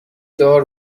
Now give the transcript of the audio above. دار